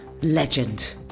Legend